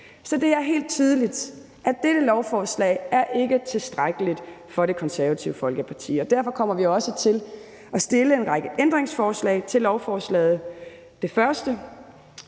Så det er helt tydeligt, at dette lovforslag ikke er tilstrækkeligt for Det Konservative Folkeparti, og derfor kommer vi også til at stille en række ændringsforslag til lovforslaget. Det første,